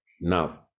Now